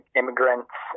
immigrants